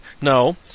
No